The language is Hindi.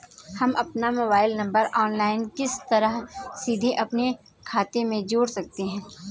हम अपना मोबाइल नंबर ऑनलाइन किस तरह सीधे अपने खाते में जोड़ सकते हैं?